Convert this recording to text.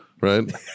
right